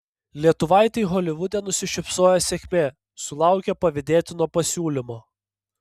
lietuvaitei holivude nusišypsojo sėkmė sulaukė pavydėtino pasiūlymo